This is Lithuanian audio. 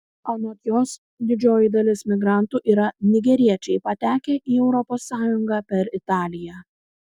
anot jos didžioji dalis migrantų yra nigeriečiai patekę į europos sąjungą per italiją